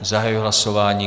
Zahajuji hlasování.